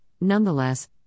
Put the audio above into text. nonetheless